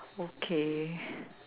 okay